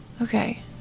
Okay